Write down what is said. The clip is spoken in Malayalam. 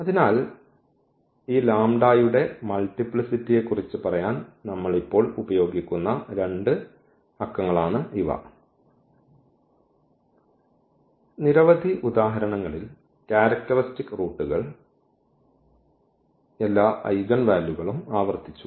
അതിനാൽ ഈ ലാംഡയുടെ മൾട്ടിപ്ലിസിറ്റിയെക്കുറിച്ച് പറയാൻ നമ്മൾ ഇപ്പോൾ ഉപയോഗിക്കുന്ന രണ്ട് അക്കങ്ങളാണ് ഇവ നിരവധി ഉദാഹരണങ്ങളിൽ ക്യാരക്ടറിസ്റ്റിക് റൂട്ടുകൾ എല്ലാ ഐഗൻ വാല്യൂകളും ആവർത്തിച്ചു